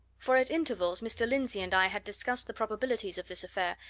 for at intervals mr. lindsey and i had discussed the probabilities of this affair,